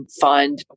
find